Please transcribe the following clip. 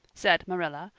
said marilla,